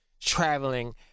traveling